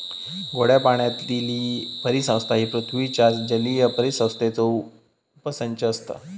गोड्या पाण्यातीली परिसंस्था ही पृथ्वीच्या जलीय परिसंस्थेचो उपसंच असता